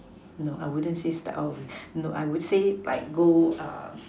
no I wouldn't say start all over again no I would say like go um